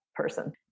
person